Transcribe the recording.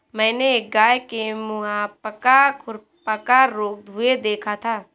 मैंने एक गाय के मुहपका खुरपका रोग हुए देखा था